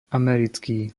americký